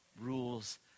rules